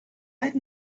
right